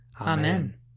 Amen